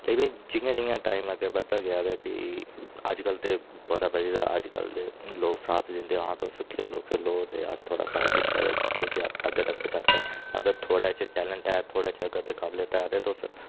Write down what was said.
लेकिन जियां जियां टाइम अग्गें बधदा गेआ ते फ्ही अज्जकल ते बड़ा बधे दा अज्जकल ते लोक साथ दिंदे हां तुस खेलो खेलो ते अस थुआढ़ा साथ देचै ते तुसेंगी अग्गें तक पजाचै अगर थुआढ़े च टैलेंट ऐ थुआढ़े च इक अद्ध काबलियत ऐ तुस